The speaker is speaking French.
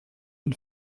une